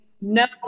no